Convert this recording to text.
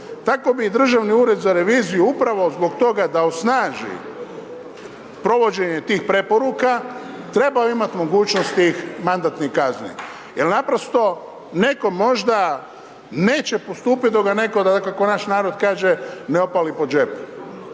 Tako bi i Državni ured za reviziju upravo zbog toga da osnaži provođenje tih preporuka trebao imati mogućnosti mandatnih kazni jel naprosto netko možda neće postupit dok ga netko, kako naš narod kaže, ne opali po džepu.